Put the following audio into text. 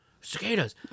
cicadas